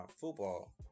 football